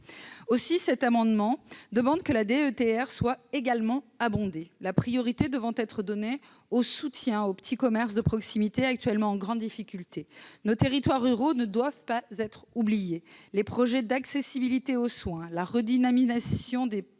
des territoires ruraux (DETR) soit également abondée, la priorité devant être donnée au soutien aux petits commerces de proximité, actuellement en grande difficulté. Nos territoires ruraux ne doivent pas être oubliés. Les projets d'accessibilité aux soins, la redynamisation des